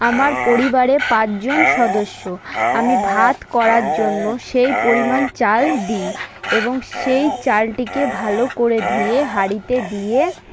আমার পরিবারে পাঁচজন সদস্য আমি ভাত করার জন্য সেই পরিমাণ চাল দিই এবং সেই চালটিকে ভালো করে ধুয়ে হাঁড়িতে দিয়ে